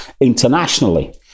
internationally